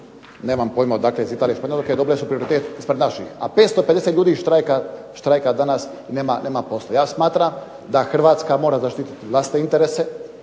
nemam pojma odakle iz Italije, Španjolske. Dobile su prioritet ispred naših, a 550 ljudi štrajka danas nema posla. Ja smatram da Hrvatska mora zaštiti vlastite interese,